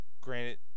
Granted